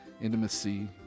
intimacy